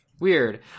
Weird